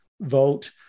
vote